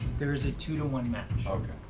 there is a two to one match. okay.